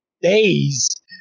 days